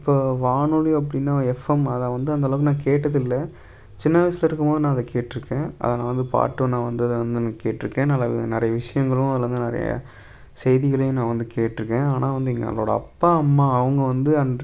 இப்போ வானொலி அப்படின்னா எஃப்எம் அதை வந்து அந்தளவு நான் கேட்டதில்லை சின்ன வயதில் இருக்கும் போது நான் அதை கேட்டிருக்கேன் அதை நான் வந்து பாட்டும் நான் வந்து கேட்டிருக்கேன் நல்ல நிறைய விஷயங்களும் அதில் வந்து நிறைய செய்திகளையும் நான் வந்து கேட்டிருக்கேன் ஆனால் வந்து எங்களோடய அப்பா அம்மா அவங்க வந்து